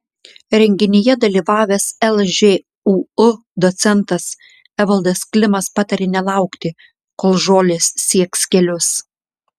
renginyje dalyvavęs lžūu docentas evaldas klimas patarė nelaukti kol žolės sieks kelius